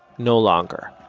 no longer.